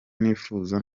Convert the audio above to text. nifuza